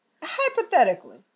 Hypothetically